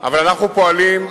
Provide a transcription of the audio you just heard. אבל אנחנו פועלים,